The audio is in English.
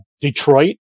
detroit